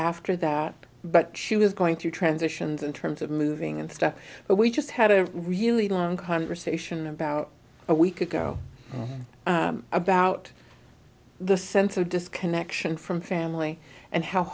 after that but she was going through transitions in terms of moving and stuff but we just had a really long conversation about a week ago about the sense of disconnection from family and how